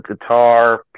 guitar